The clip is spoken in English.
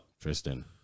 Tristan